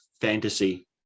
fantasy